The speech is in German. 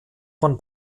von